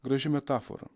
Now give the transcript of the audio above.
graži metafora